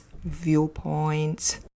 viewpoints